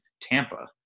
Tampa